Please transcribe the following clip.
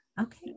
Okay